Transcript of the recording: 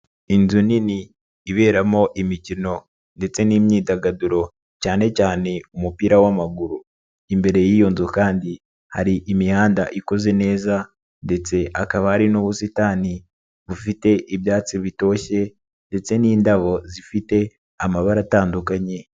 Inzu nini iberamo imikino ndetse n'imyidagaduro cyanecyane umupira w'amaguru, imbere y'iyo nzu kandi hari imihanda ikoze neza ndetse hakaba hari n'ubusitani bufite ibyatsi bitoshye, ndetse n'indabo zifite amabara atandukanye.